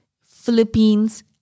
Philippines